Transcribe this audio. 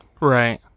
right